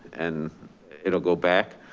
and it'll go back.